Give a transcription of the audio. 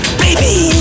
baby